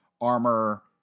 Armor